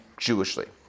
Jewishly